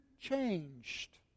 changed